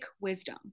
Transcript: wisdom